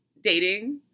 dating